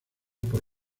por